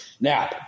Now